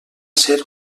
ser